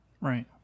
right